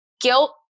guilt